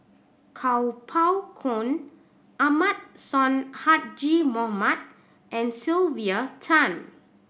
Kuo Pao Kun Ahmad Sonhadji Mohamad and Sylvia Tan